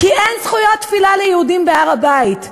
כי אין זכויות תפילה ליהודים בהר-הבית.